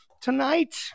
Tonight